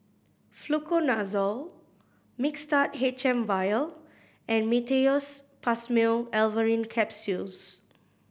Fluconazole Mixtard H M Vial and Meteospasmyl Alverine Capsules